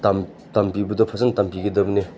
ꯇꯝꯕꯤꯕꯗꯣ ꯐꯖꯅ ꯇꯝꯕꯤꯒꯗꯕꯅꯦ